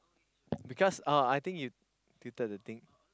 because oh I think you tilted the thing